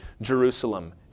Jerusalem